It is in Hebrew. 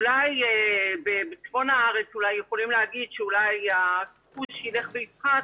אולי בצפון הארץ יכולים להגיד שאולי הביקוש ילך ויפחת,